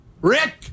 Rick